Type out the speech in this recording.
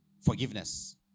forgiveness